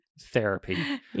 therapy